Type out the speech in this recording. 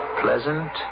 pleasant